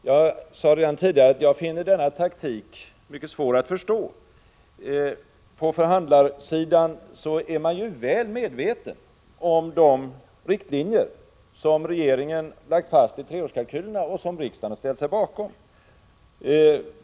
Jag sade redan tidigare att jag finner denna taktik mycket svår att förstå. På förhandlarsidan är man väl medveten om de riktlinjer som regeringen har lagt fast i treårskalkylerna och som riksdagen har ställt sig bakom.